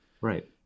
Right